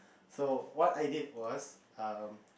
so what I did was um